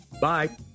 Bye